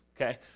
Okay